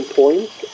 points